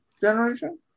generation